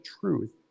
truth